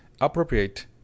appropriate